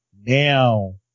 Now